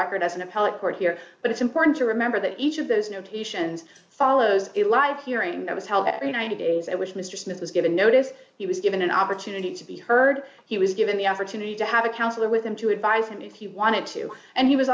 appellate court here but it's important to remember that each of those notations follows a live hearing that was held every ninety days and which mr smith was given notice he was given an opportunity to be heard he was given the opportunity to have a counselor with him to advise him if he wanted to and he was